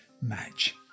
match